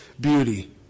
beauty